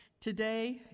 Today